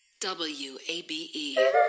WABE